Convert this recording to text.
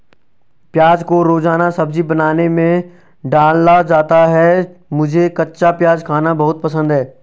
प्याज को रोजाना सब्जी बनाने में डाला जाता है मुझे कच्चा प्याज खाना बहुत पसंद है